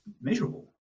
measurable